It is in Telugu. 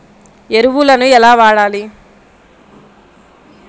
ఎరువులను ఎలా వాడాలి?